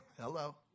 Hello